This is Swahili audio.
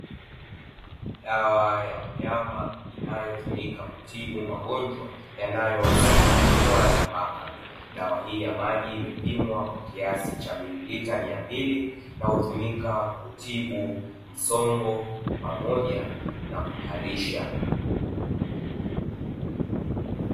Dawa ya wanyama inayotumika kutibu magonjwa yanayotumika magonjwa yanayowasibu mbwa na paka, dawa hii ya maji imepimwa kwa kiasi cha mililita mia mbili na hutumika kutibu msongo pamoja na kuharisha.